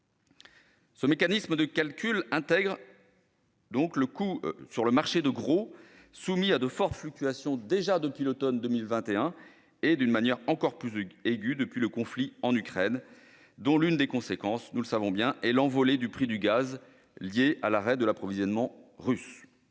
Ce mécanisme de calcul intègre le coût sur le marché de gros, soumis à de fortes fluctuations depuis l'automne 2021, et de manière encore plus aiguë depuis le conflit en Ukraine, dont l'une des conséquences est l'envolée du prix du gaz, liée à l'arrêt de l'approvisionnement russe.